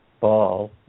ball